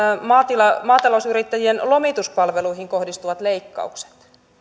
maatalousyrittäjien lomituspalveluihin kohdistuvat leikkaukset